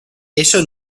eso